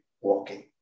walking